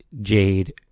Jade